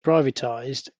privatised